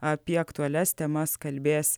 apie aktualias temas kalbės